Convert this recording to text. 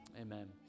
Amen